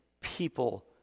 people